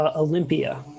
olympia